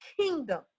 kingdom